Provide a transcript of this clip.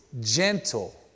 gentle